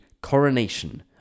coronation